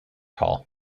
hall